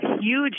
huge